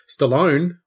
Stallone